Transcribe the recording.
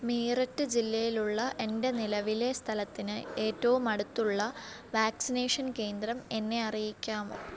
മീററ്റ് ജില്ലയിലുള്ള എന്റെ നിലവിലെ സ്ഥലത്തിന് ഏറ്റവും അടുത്തുള്ള വാക്സിനേഷൻ കേന്ദ്രം എന്നെ അറിയിക്കാമോ